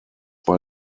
bei